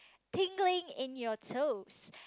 tingling in your toes